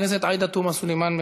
חברת הכנסת עאידה תומא סלימאן,